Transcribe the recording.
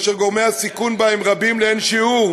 כאשר גורמי הסיכון בה רבים לאין שיעור